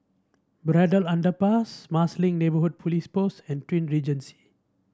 Braddell Underpass Marsiling Neighbourhood Police Post and Twin Regency